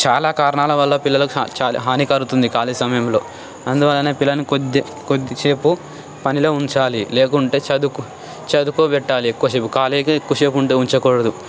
చాలా కారణాల వల్ల పిల్లలకు హాని కలుగుతుంది ఖాళీ సమయంలో అందువలన పిల్లలను కొద్ది కొద్దిసేపు పనిలో ఉంచాలి లేకుంటే చదువుకో చదువుకో పెట్టాలి ఎక్కువసేపు ఖాళీగా ఎక్కువసేపు ఉంటే ఉంచకూడదు